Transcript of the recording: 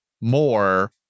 more